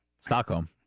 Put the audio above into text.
Stockholm